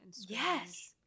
yes